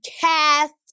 cast